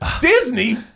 Disney